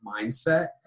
mindset